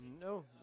No